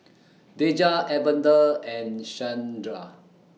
Daja Evander and Shandra